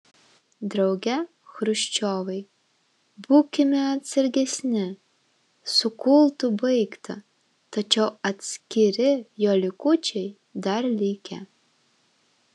drauge chruščiovai būkime atsargesni su kultu baigta tačiau atskiri jo likučiai dar likę